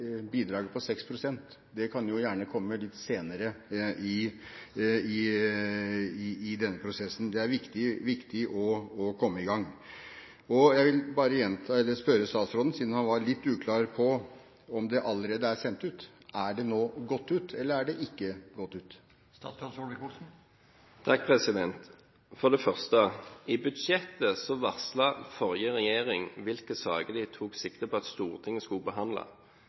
bidraget på 6 pst. kan jo gjerne komme litt senere i denne prosessen. Det er viktig å komme i gang. Og jeg vil bare gjenta, eller spørre statsråden, siden han var litt uklar på om det allerede er sendt ut: Er det nå gått ut, eller er det ikke gått ut? For det første: I budsjettet varslet forrige regjering hvilke saker den tok sikte på at Stortinget skulle behandle.